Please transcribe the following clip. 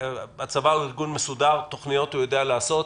הצבא הוא ארגון מסודר, תוכניות הוא יודע לעשות.